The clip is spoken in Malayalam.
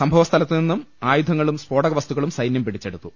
സംഭവസ്ഥ ലത്തുനിന്നും ആയുധങ്ങളും സ്ഫോടകവസ്തുക്കളും സൈന്യം പിടിച്ചെടുത്തു